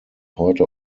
heute